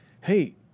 Hey